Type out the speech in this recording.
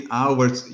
hours